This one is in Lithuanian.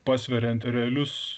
pasveriant realius